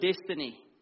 destiny